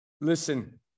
Listen